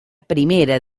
primera